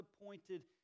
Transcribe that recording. appointed